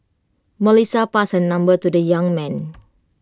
Melissa passed her number to the young man